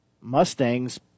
Mustangs